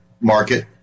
market